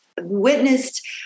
witnessed